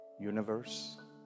universe